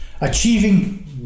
achieving